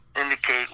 indicate